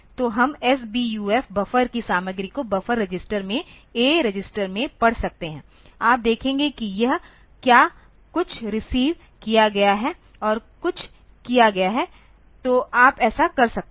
तो हम SBUF buffer की सामग्री को बफर रजिस्टर में ए रजिस्टर में पढ़ सकते हैं आप देखेंगे कि यह क्या कुछ रिसीव किया गया है और कुछ किया गया है तो आप ऐसा कर सकते हैं